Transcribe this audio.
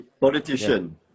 politician